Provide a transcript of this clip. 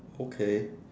okay